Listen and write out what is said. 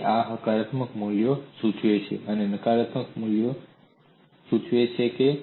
તેથી આ હકારાત્મક મૂલ્યો સૂચવે છે આ નકારાત્મક મૂલ્યો સૂચવે છે